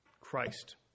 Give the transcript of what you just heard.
Christ